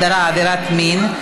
הגדרת עבירת מין),